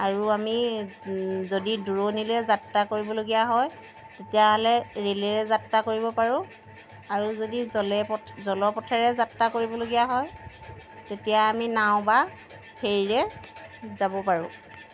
আৰু আমি যদি দূৰণিলৈ যাত্ৰা কৰিবলগীয়া হয় তেতিয়াহ'লে ৰে'লেৰে যাত্ৰা কৰিব পাৰোঁ আৰু যদি জলে পথে জলপথেৰে যাত্ৰা কৰিবলগীয়া হয় তেতিয়া আমি নাও ৱা ফেৰীৰে যাব পাৰোঁ